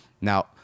Now